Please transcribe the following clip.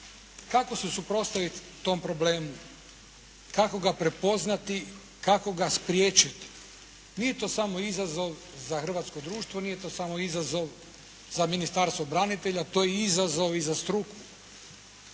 Kako se suprotstaviti tom problemu, kako ga prepoznati, kako ga spriječiti? Nije to samo izazov za hrvatsko društvo, nije to samo izazov za Ministarstvo branitelja. To je izazov i za struku.